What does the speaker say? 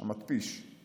המתפי"ש.